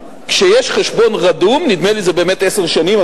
כשיש חשבון רדום, נדמה לי שזה באמת עשר שנים.